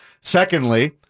Secondly